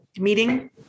meeting